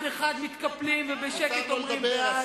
אחד-אחד מתקפלים ובשקט אומרים: בעד,